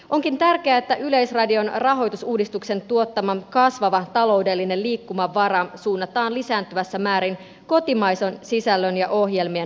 onkin tärkeää että yleisradion rahoitusuudistuksen tuottama kasvava taloudellinen liikkumavara suunnataan lisääntyvässä määrin kotimaisen sisällön ja ohjelmien hankkimiseen